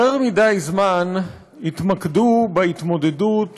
יותר מדי זמן התמקדו בהתמודדות